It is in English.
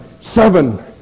seven